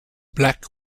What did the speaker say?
black